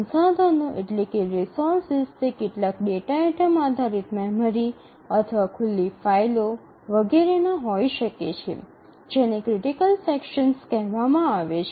સંસાધનો તે કેટલાક ડેટા આઇટમ આધારિત મેમરી અથવા ખુલ્લી ફાઇલો વગેરેના હોઈ શકે છે જેને ક્રિટિકલ સેક્શન્સ કહેવામાં આવે છે